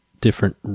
different